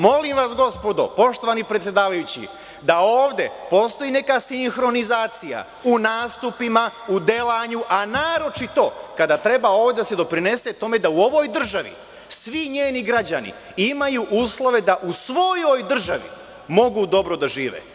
Molim vas gospodo, poštovani predsedavajući, da ovde postoji neka sinhronizacija u nastupima, u delanju, a naročito kada treba ovde da se doprinese tome da u ovoj državi svi njeni građani imaju uslove da u svojoj državi mogu dobro da žive.